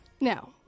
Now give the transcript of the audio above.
Now